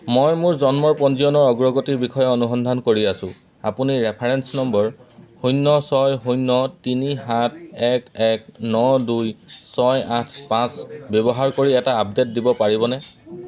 মই মোৰ জন্মৰ পঞ্জীয়নৰ অগ্ৰগতিৰ বিষয়ে অনুসন্ধান কৰি আছোঁ আপুনি ৰেফাৰেন্স নম্বৰ শূন্য় ছয় শূন্য় তিনি সাত এক এক ন দুই ছয় আঠ পাঁচ ব্যৱহাৰ কৰি এটা আপডেট দিব পাৰিবনে